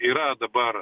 yra dabar